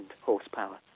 horsepower